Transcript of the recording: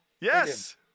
Yes